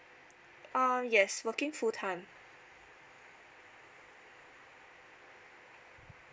ah yes working full time